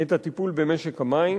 את הטיפול במשק המים.